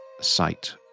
sight